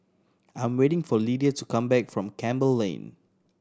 I'm waiting for Lydia to come back from Campbell Lane